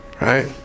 right